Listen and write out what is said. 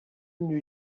une